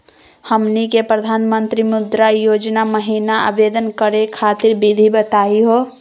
हमनी के प्रधानमंत्री मुद्रा योजना महिना आवेदन करे खातीर विधि बताही हो?